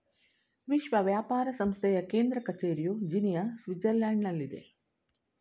ವಿಶ್ವ ವ್ಯಾಪಾರ ಸಂಸ್ಥೆಯ ಕೇಂದ್ರ ಕಚೇರಿಯು ಜಿನಿಯಾ, ಸ್ವಿಟ್ಜರ್ಲ್ಯಾಂಡ್ನಲ್ಲಿದೆ